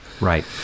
Right